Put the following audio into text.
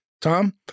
Tom